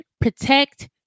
protect